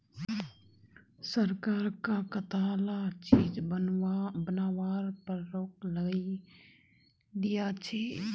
सरकार कं कताला चीज बनावार पर रोक लगइं दिया छे